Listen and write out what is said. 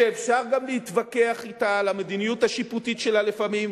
שאפשר גם להתווכח אתה על המדיניות השיפוטית שלה לפעמים,